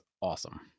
awesome